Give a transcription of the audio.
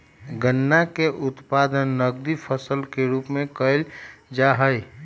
गन्ना के उत्पादन नकदी फसल के रूप में कइल जाहई